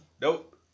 Nope